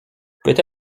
peut